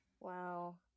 Wow